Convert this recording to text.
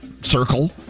circle